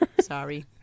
Sorry